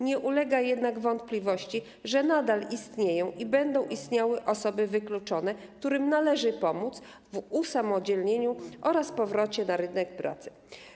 Nie ulega jednak wątpliwości, że nadal istnieją i będą istniały osoby wykluczone, którym należy pomóc w usamodzielnieniu oraz w powrocie na rynek pracy.